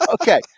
Okay